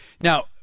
Now